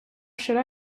should